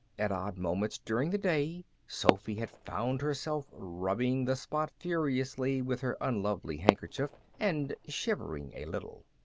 at odd moments during the day sophy had found herself rubbing the spot furiously with her unlovely handkerchief, and shivering a little.